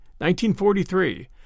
1943